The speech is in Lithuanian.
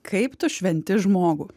kaip tu šventi žmogų